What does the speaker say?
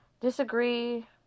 disagree